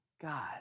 God